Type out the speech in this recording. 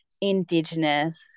Indigenous